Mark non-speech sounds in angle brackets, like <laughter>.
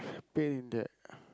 pain in the <breath>